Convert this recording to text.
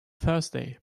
thursday